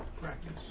Practice